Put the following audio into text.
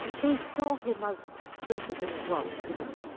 they saw him as greater than he was, in a way.